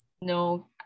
No